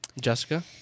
jessica